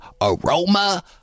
aroma